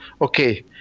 okay